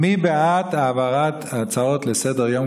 מי בעד העברת ההצעות לסדר-היום,